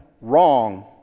wrong